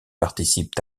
participent